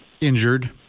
injured